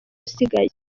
usigaye